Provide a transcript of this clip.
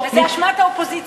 וזו אשמת האופוזיציה.